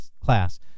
class